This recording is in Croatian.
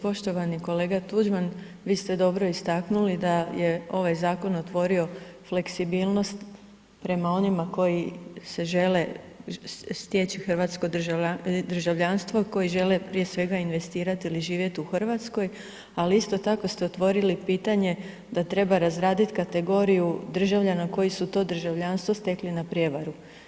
Poštovani kolega Tuđman, vi ste dobro istaknuli da je ovaj zakon otvorio fleksibilnost prema onima koji se žele stječi hrvatsko državljanstvo, koji žele prije svega investirati ili živjet u Hrvatskoj, ali isto tako ste otvorili pitanje da treba razraditi kategoriju državljana koji su to državljanstvo stekli na prijevaru.